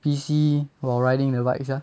P_C while riding the bike sia